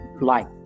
life